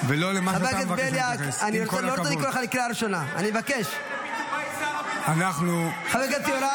אני מבין את הכאב, אני מבין את העניין,